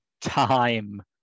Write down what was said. time